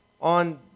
on